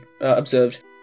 observed